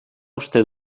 uste